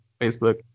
Facebook